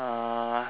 uh